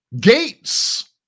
Gates